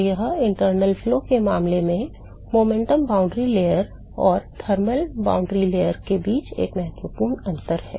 तो यह आंतरिक प्रवाह के मामले में गति सीमा परत और थर्मल सीमा परत के बीच एक मूलभूत अंतर है